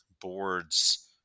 boards